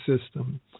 system